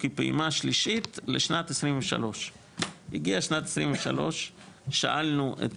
כפעימה שלישית לשנת 2023. הגיעה שנת 2023 שאלנו את